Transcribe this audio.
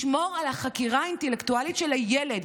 לשמור על החקירה האינטלקטואלית של הילד.